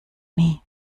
nie